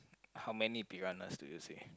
how many piranhas do you see